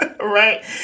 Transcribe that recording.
Right